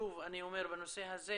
שוב אני אומר בנושא הזה,